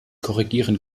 korrigieren